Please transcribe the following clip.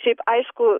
šiaip aišku